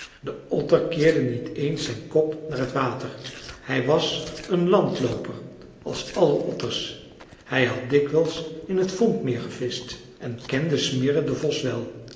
de otter keerde niet eens zijn kop naar t water hij was een landlooper als alle otters hij had dikwijls in het vombmeer gevischt en kende smirre den vos wel